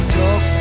talk